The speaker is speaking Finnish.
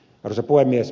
arvoisa puhemies